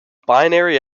binary